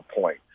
point